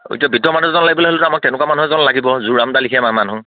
অঁ এতিয়া বৃদ্ধ মানুহ এজন লাগিবলৈ হ'লেতো আমাক তেনেকুৱা মানুহ এজন লাগিব জুৰামদাৰ লেখিয়া মানুহ